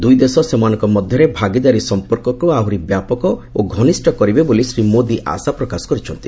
ଦୂଇ ଦେଶ ସେମାନଙ୍କ ମଧ୍ୟରେ ଭାଗିଦାରୀ ସମ୍ପର୍କକୃ ଆହୁରି ବ୍ୟାପକ ଓ ଘନିଷ୍ଠ କରିବେ ବୋଲି ଶ୍ରୀ ମୋଦୀ ଆଶା ପ୍ରକାଶ କରିଛନ୍ତି